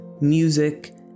music